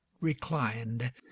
reclined